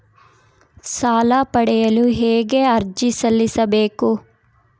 ಸಾಲ ಪಡೆಯಲು ಹೇಗೆ ಅರ್ಜಿ ಸಲ್ಲಿಸಬೇಕು?